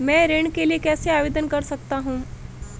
मैं ऋण के लिए कैसे आवेदन कर सकता हूं?